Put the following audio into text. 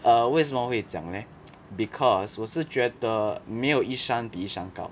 err 为什么会讲 leh because 我是觉得没有一山比一山高